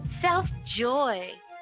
self-joy